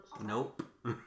Nope